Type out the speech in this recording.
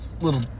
little